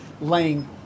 laying